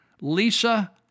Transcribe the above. Lisa